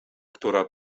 która